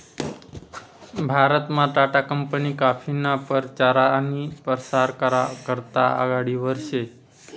भारतमा टाटा कंपनी काफीना परचार आनी परसार करा करता आघाडीवर शे